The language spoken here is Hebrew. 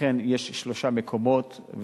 אכן יש שלושה מקומות,